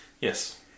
Yes